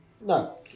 No